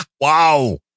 Wow